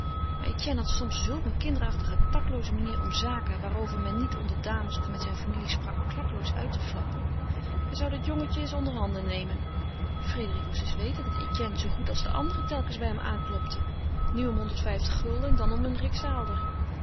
maar etienne had soms zulk een kinderachtige tactlooze manier om zaken waarover men niet onder dames of met zijne familie sprak klakkeloos uit te flappen hij zou dat jongetje eens onderhanden nemen frédérique moest eens weten dat etienne zoo goed als de anderen telkens bij hem aanklopte nu om honderdvijftig gulden en dan om een